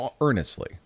Earnestly